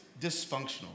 dysfunctional